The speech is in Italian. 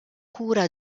cura